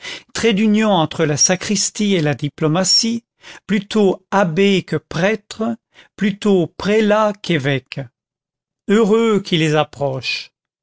traits d'union entre la sacristie et la diplomatie plutôt abbés que prêtres plutôt prélats qu'évêques heureux qui les approche